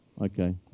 Okay